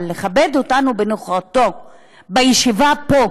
אבל לכבד אותנו בנוכחותו בישיבה פה,